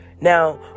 Now